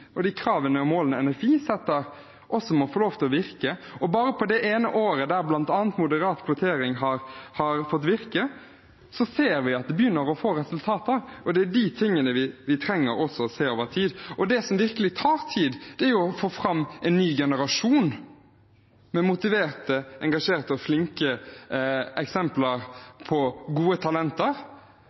og de tiltakene til NFI, de kravene og de målene de setter, også må få lov til å virke. Bare på det ene året der bl.a. moderat kvotering har fått virke, ser vi at det begynner å få resultater. Det er de tingene vi trenger å se over tid. Det som virkelig tar tid, er å få fram en ny generasjon med motiverte, engasjerte og flinke eksempler på gode talenter.